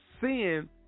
sin